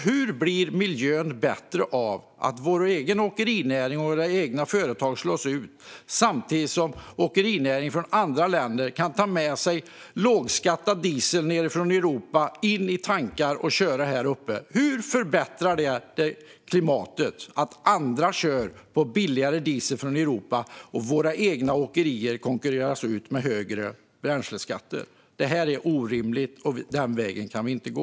Hur blir miljön bättre av att vår egen åkerinäring och våra egna företag slås ut samtidigt som åkerinäringen från andra länder kan ta med sig lågskattad diesel i tankarna nedifrån Europa och köra här uppe? Hur förbättrar det klimatet att andra kör på billigare diesel från Europa och våra egna åkerier konkurreras ut genom högre bränsleskatter? Detta är orimligt. Den vägen kan vi inte gå.